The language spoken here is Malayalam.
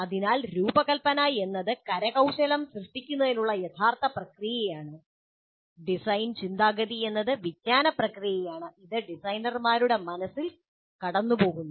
അതിനാൽ രൂപകൽപ്പന എന്നത് കരകൌശലം സൃഷ്ടിക്കുന്നതിനുള്ള യഥാർത്ഥ പ്രക്രിയയാണ് ഡിസൈൻ ചിന്താഗതി എന്നത് വിജ്ഞാന പ്രക്രിയയാണ് ഇത് ഡിസൈനർമാരുടെ മനസ്സിൽ കടന്നുപോകുന്നു